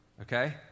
okay